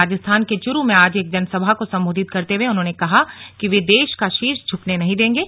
राजस्थान के चुरू में आज एक जनसभा को सम्बोधित करते हुए उन्होंने कहा कि वे देश का शीश झुकने नहीं देंगे